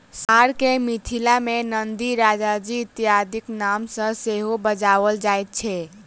साँढ़ के मिथिला मे नंदी, राजाजी इत्यादिक नाम सॅ सेहो बजाओल जाइत छै